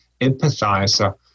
empathizer